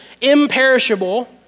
imperishable